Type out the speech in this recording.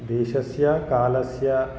देशस्य कालस्य